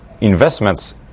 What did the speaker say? investments